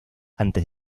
antes